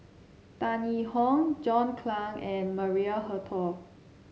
Tan Yee Hong John Clang and Maria Hertogh